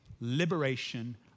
liberation